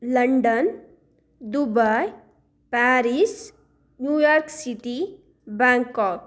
London Dubai Paris New York city Bangkok